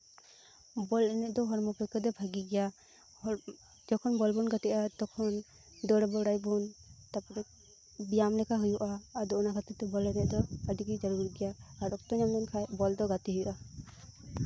ᱵᱚᱞ ᱮᱱᱮᱡ ᱫᱚ ᱦᱚᱲᱢᱚ ᱯᱚᱠᱠᱷᱮ ᱫᱚ ᱵᱷᱟᱹᱜᱤ ᱜᱮᱭᱟ ᱡᱚᱠᱷᱚᱱ ᱵᱚᱞ ᱵᱚᱱ ᱜᱟᱛᱮᱜᱼᱟ ᱛᱚᱠᱷᱚᱱ ᱫᱟᱹᱲ ᱵᱟᱲᱟᱭᱟᱵᱚᱱ ᱛᱟᱨᱯᱚᱨᱮ ᱵᱮᱭᱟᱢ ᱞᱮᱠᱟ ᱦᱩᱭᱩᱜᱼᱟ ᱟᱫᱚ ᱚᱱᱟ ᱠᱷᱟᱹᱛᱤᱨ ᱛᱮ ᱵᱚᱞ ᱮᱱᱮᱡ ᱫᱚ ᱟᱹᱰᱤ ᱜᱮ ᱡᱟᱹᱨᱩᱲ ᱜᱮᱭᱟ ᱚᱠᱛᱚ ᱧᱟᱢ ᱞᱮᱠᱷᱟᱱ ᱵᱚᱞ ᱫᱚ ᱜᱟᱛᱮᱜ ᱦᱩᱭᱩᱜᱼᱟ